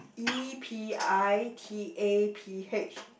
E P I T A P H